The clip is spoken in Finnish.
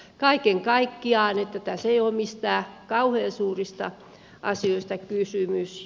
kaiken kaikkiaan tässä ei ole mistään kauhean suurista asioista kysymys